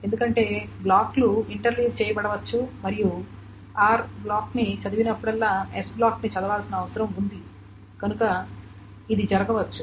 ఎందుకంటే బ్లాక్లు ఇంటర్లీవ్ చేయబడవచ్చు మరియు r బ్లాక్ని చదివినప్పుడల్లా s బ్లాక్ని చదవాల్సిన అవసరం ఉంది కనుక ఇది జరగవచ్చు